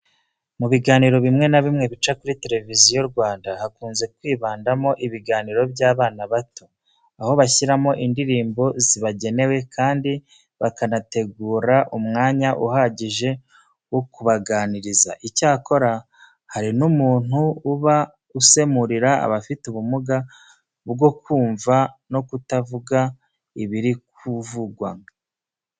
Mu biganiro bimwe na bimwe bica kuri Televiziyo Rwanda hakunze kwibandamo ibiganiro by'abana bato, aho bashyiramo indirimbo zibagenewe kandi bakanategura umwanya uhagije wo kubaganiriza. Icyakora, hari n'umuntu uba usemurira abafite ubumuga bwo kumva no kutavuga ibiri kuvugwa.